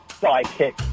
Psychic